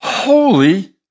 Holy